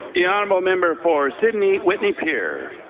the honourable member for sydney-whitney pier.